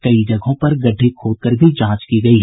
कई जगहों पर गड्ढे खोदकर भी जांच की गयी